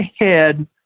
ahead